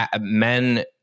men